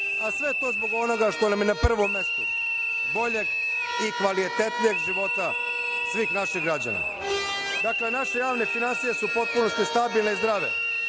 a sve to zbog onoga što nam je na prvom mestu – bolje i kvalitetnijeg života svih naših građana. Naše javne finansije su u potpunosti stabilne i zdrave,